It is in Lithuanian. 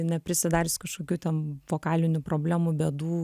neprisidarius kažkokių ten vokalinių problemų bėdų